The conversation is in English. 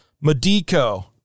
Medico